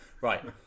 Right